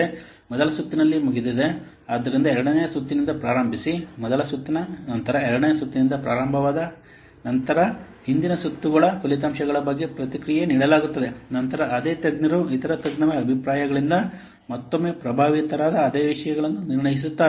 ಮೊದಲ ಸುತ್ತಿನಲ್ಲಿ ಮುಗಿದಿದೆ ಆದ್ದರಿಂದ ಎರಡನೇ ಸುತ್ತಿನಿಂದ ಪ್ರಾರಂಭಿಸಿ ಮೊದಲ ಸುತ್ತಿನ ನಂತರ ಎರಡನೇ ಸುತ್ತಿನಿಂದ ಪ್ರಾರಂಭವಾದ ನಂತರ ಹಿಂದಿನ ಸುತ್ತುಗಳ ಫಲಿತಾಂಶಗಳ ಬಗ್ಗೆ ಪ್ರತಿಕ್ರಿಯೆ ನೀಡಲಾಗುತ್ತದೆ ನಂತರ ಅದೇ ತಜ್ಞರು ಇತರ ತಜ್ಞರ ಅಭಿಪ್ರಾಯಗಳಿಂದ ಮತ್ತೊಮ್ಮೆ ಪ್ರಭಾವಿತರಾದ ಅದೇ ವಿಷಯಗಳನ್ನು ನಿರ್ಣಯಿಸುತ್ತಾರೆ